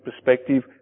perspective